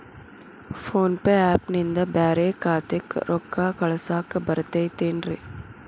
Phone pay app ನಿಂದ ಬ್ಯಾರೆ ಖಾತೆಕ್ ರೊಕ್ಕಾ ಕಳಸಾಕ್ ಬರತೈತೇನ್ರೇ?